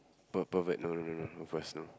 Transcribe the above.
per pervert no no no no no first no